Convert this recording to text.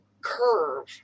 curve